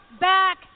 back